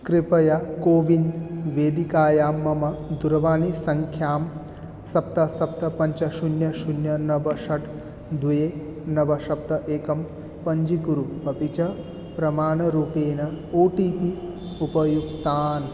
कृपया कोविन् वेदिकायां मम दुरवाणीसङ्ख्यां सप्त सप्त पञ्च शून्यं शून्यं नव षट् द्वे नव सप्त एकं पञ्जीकुरु अपि च प्रमाणरूपेण ओ टी पि उपयुक्तान्